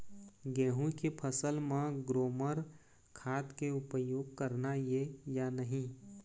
गेहूं के फसल म ग्रोमर खाद के उपयोग करना ये या नहीं?